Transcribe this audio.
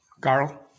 Carl